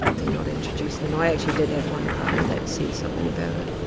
me not introducing them. i actually did have one partner that said something about it.